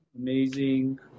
amazing